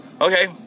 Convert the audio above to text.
Okay